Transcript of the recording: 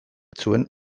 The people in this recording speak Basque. zuen